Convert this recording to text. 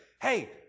hey